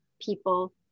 people